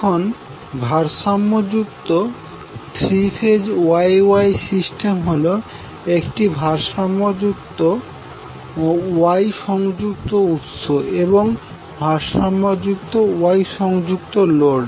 এখন ভারসাম্যযুক্ত three phase Y Y system হোল একটি ভারসাম্য Y সংযুক্ত উৎস এবং ভারসাম্যযুক্ত Y সংযুক্ত লোড